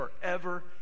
forever